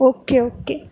okay okay